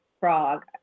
frog